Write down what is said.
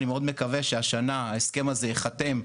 אני מאוד מקווה שהשנה ההסכם הזה ייחתם,